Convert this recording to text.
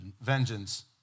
vengeance